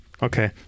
Okay